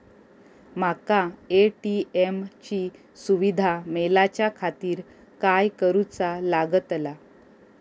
माका ए.टी.एम ची सुविधा मेलाच्याखातिर काय करूचा लागतला?